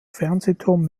fernsehturm